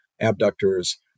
abductors